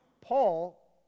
Paul